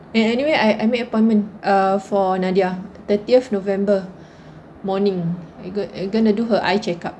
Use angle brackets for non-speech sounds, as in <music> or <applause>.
and anyway I I make appointment err for nadia thirtieth november <breath> morning going gonna do her eye check up